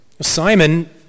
Simon